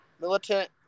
militant